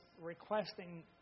requesting